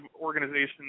organizations